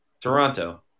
Toronto